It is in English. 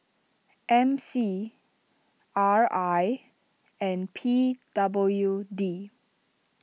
M C R I and P W D